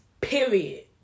Period